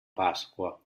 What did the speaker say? pasqua